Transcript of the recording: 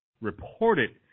reported